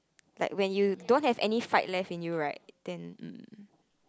like when you don't have any fight left in you right then